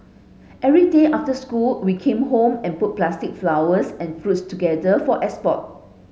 every day after school we came home and put plastic flowers and fruit together for export